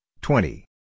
twenty